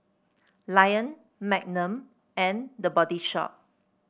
Lion Magnum and The Body Shop